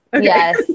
yes